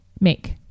make